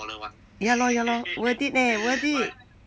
ya lor ya lor worth it eh worth it